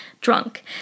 drunk